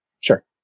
Sure